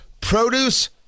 Produce